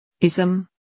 Ism